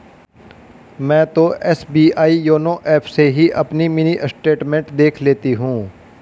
मैं तो SBI YONO app से ही अपनी मिनी स्टेटमेंट देख लेती हूँ